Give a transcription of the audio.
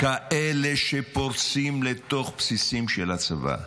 כאלה שפורצים לתוך בסיסים של הצבא,